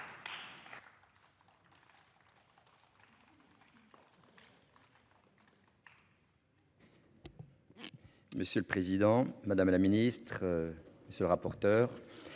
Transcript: Monsieur le président, madame la ministre, monsieur le rapporteur.